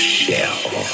shell